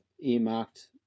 earmarked